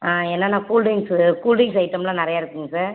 என்னென்ன cool drinks cool drinks ஐட்டமெலாம் நிறைய இருக்குதுங்க சார்